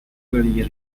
gradually